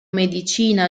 medicina